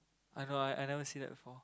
I know I I never never see that before